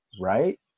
Right